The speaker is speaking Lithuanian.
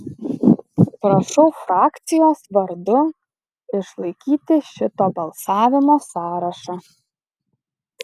prašau frakcijos vardu išlaikyti šito balsavimo sąrašą